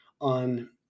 on